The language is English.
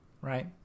Right